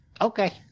Okay